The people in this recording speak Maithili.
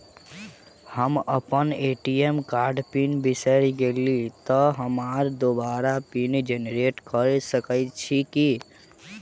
हम अप्पन ए.टी.एम कार्डक पिन बिसैर गेलियै तऽ हमरा दोबारा पिन जेनरेट कऽ सकैत छी की?